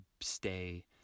stay